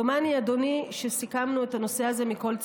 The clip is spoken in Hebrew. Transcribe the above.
דומני, אדוני, שסיכמנו את הנושא הזה מכל צדדיו.